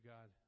God